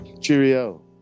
cheerio